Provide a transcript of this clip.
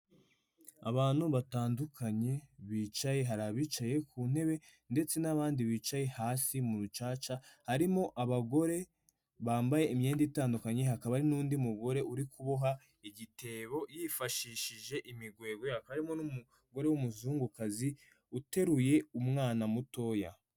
Abantu batandukanye bicaye. Hari abicaye ku ntebe ndetse n'bandi bicaye hasi mu rucaca. Harimo abagore bambaye imyenda itandukanye. Hakaba hari n'undi mugore urikuboha igitebo yifashishije imigwegwe. Hakaba harimo n'umugore w'umuzungu kazi uteruye umwana mutoya.